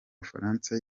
bufaransa